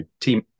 team